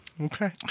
Okay